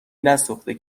نسوخته